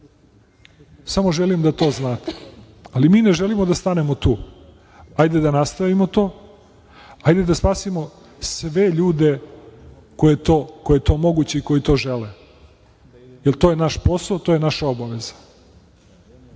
Samo želim da to znate, ali mi ne želimo da stanemo tu. Hajde da nastavimo to, hajde da spasimo sve ljude koje je to moguće i koji to žele jer to je nas posao, to je naša obaveza. Kada